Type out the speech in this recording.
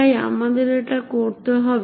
তাই আমাদের এটা করতে হবে